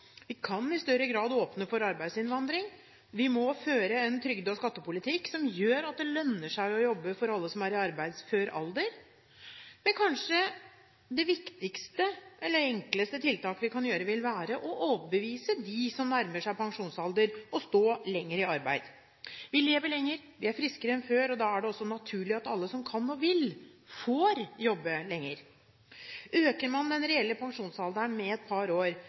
Vi kan i større grad åpne for arbeidsinnvandring. Vi må føre en trygde- og skattepolitikk som gjør at det lønner seg å jobbe for alle som er i arbeidsfør alder. Men det kanskje viktigste og enkleste tiltaket vi kan gjøre, er å overbevise dem som nærmer seg pensjonsalder, om å stå lenger i arbeid. Vi lever lenger, vi er friskere enn før, og da er det også naturlig at alle som kan og vil, får jobbe lenger. Øker man den reelle pensjonsalderen med et par år,